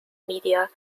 media